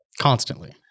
constantly